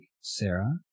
Sarah